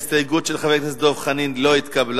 ההסתייגות של חבר הכנסת דב חנין לא התקבלה.